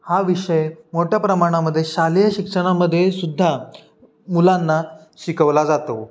हा विषय मोठ्या प्रमाणामध्ये शालेय शिक्षणामध्ये सुद्धा मुलांना शिकवला जातो